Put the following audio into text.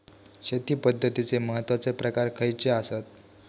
शेती पद्धतीचे महत्वाचे प्रकार खयचे आसत?